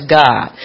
god